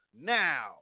now